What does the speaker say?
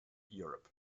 europe